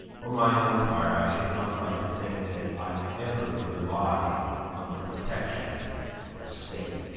for my own part, i should not like to think that i ever rely on the protection of the state.